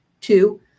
Two